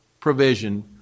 provision